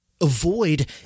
avoid